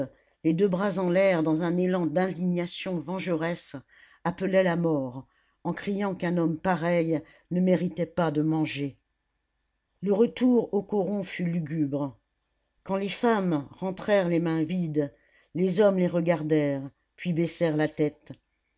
les deux bras en l'air dans un élan d'indignation vengeresse appelait la mort en criant qu'un homme pareil ne méritait pas de manger le retour au coron fut lugubre quand les femmes rentrèrent les mains vides les hommes les regardèrent puis baissèrent la tête